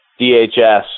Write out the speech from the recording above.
DHS